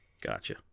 gotcha